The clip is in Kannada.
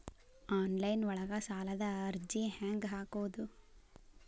ಆನ್ಲೈನ್ ಒಳಗ ಸಾಲದ ಅರ್ಜಿ ಹೆಂಗ್ ಹಾಕುವುದು?